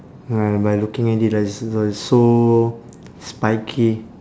ya by looking at it like it's so it's so spiky